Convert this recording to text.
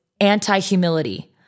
anti-humility